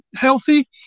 healthy